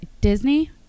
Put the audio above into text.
Disney